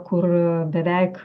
kur beveik